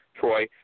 Troy